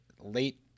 late